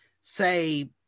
say